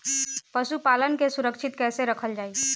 पशुपालन के सुरक्षित कैसे रखल जाई?